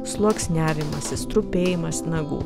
sluoksniavimasis trupėjimas nagų